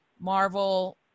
Marvel